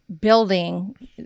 building